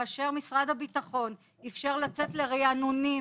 כאשר משרד הביטחון אפשר לצאת לריענונים,